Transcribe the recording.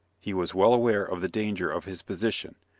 he was well aware of the danger of his position,